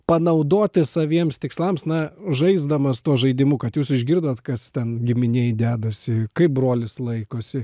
panaudoti saviems tikslams na žaisdamas tuo žaidimu kad jūs išgirdot kas ten giminėj dedasi kaip brolis laikosi